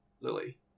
Lily